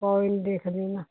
ਕੋਈ ਨਹੀਂ ਦੇਖਦੇ ਹਾਂ